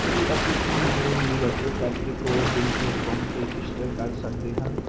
ਕੀ ਅਸੀਂ ਈਮੇਲ ਦੀ ਵਰਤੋਂ ਕਰਕੇ ਕੋ ਵਿਨ ਪਲੇਟਫਾਰਮ 'ਤੇ ਰਜਿਸਟਰ ਕਰ ਸਕਦੇ ਹਾਂ